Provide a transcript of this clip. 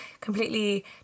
completely